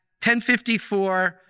1054